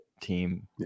team